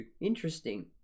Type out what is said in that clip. Interesting